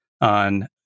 on